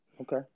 Okay